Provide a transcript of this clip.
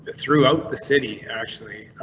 throughout the city, actually.